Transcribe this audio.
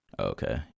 Okay